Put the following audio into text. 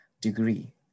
degree